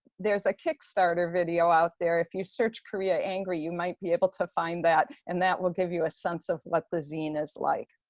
there's a kickstarter video out there if you search koreangry. you might be able to find that and that will give you a sense of what the zine is like.